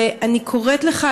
ואני קוראת לך,